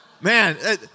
Man